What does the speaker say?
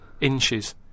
inches